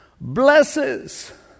blesses